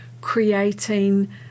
creating